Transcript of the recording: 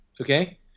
okay